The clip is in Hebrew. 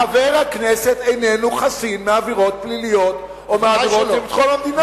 חבר הכנסת איננו חסין בעבירות פליליות או בעבירות של ביטחון המדינה.